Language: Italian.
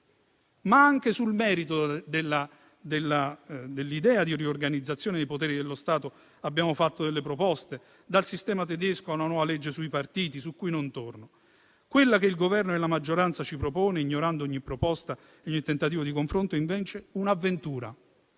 anche sul merito dell'idea di riorganizzazione dei poteri dello Stato, dal sistema tedesco a una nuova legge sui partiti, su cui non torno. Quella che il Governo e la maggioranza ci propone, ignorando ogni proposta e ogni tentativo di confronto, è invece un'avventura,